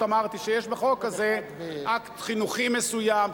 אמרתי שיש בחוק הזה אקט חינוכי מסוים,